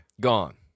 Gone